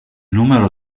numero